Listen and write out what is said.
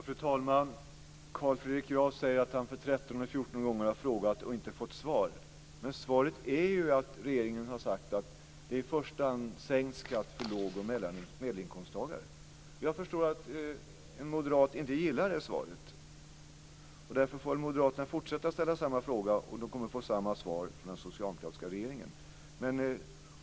Fru talman! Carl Fredrik Graf säger att han för trettonde eller fjortonde gången har frågat och inte fått svar. Men svaret är ju att regeringen har sagt att det i första hand gäller sänkt skatt för låg och medelinkomsttagare. Jag förstår att en moderat inte gillar det svaret, därför får moderaterna fortsätta att ställa samma frågor. De kommer att få samma svar från den socialdemokratiska regeringen.